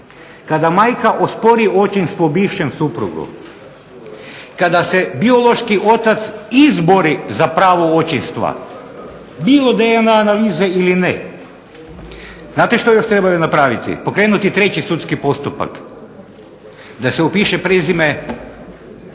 kada majka ospori očinstvo bivšem suprugu, kada se biološki otac izbori za pravo očinstva, bilo DNA analize ili ne, znate što još trebaju napraviti, pokrenuti treći sudski postupak da se upiše djetetu